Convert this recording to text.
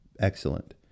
excellent